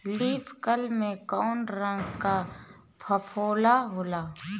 Leaf curl में कौने रंग का फफोला होला?